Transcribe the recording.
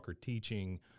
teaching